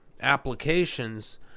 applications